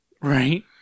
Right